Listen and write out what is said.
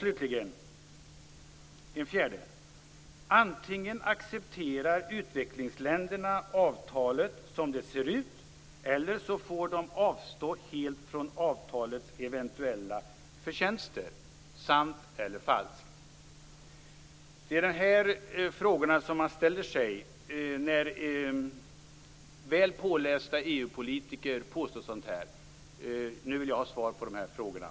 Slutligen: Antingen accepterar utvecklingsländerna avtalet som det ser ut eller också får de avstå helt från avtalets eventuella förtjänster. Sant eller falskt? Detta är de frågor man ställer sig när väl pålästa EU-politiker påstår sådant här. Nu vill jag ha svar på dem.